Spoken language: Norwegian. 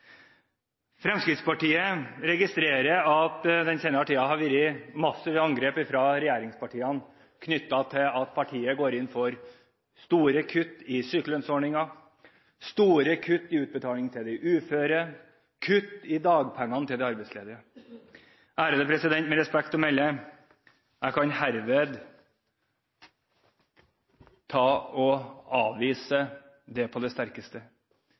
Fremskrittspartiet registrerer at det den senere tiden har vært massive angrep fra regjeringspartiene, som går på at partiet går inn for store kutt i sykelønnsordningen, store kutt i utbetalingene til de uføre og kutt i dagpengene til de arbeidsledige. Med respekt å melde – jeg kan herved avkrefte det på det sterkeste.